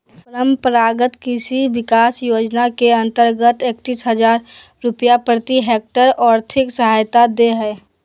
परम्परागत कृषि विकास योजना के अंतर्गत एकतीस हजार रुपया प्रति हक्टेयर और्थिक सहायता दे हइ